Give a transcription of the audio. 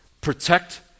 protect